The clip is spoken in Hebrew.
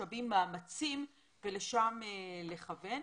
משאבים ומאמצים ולשם לכוון.